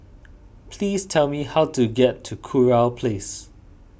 please tell me how to get to Kurau Place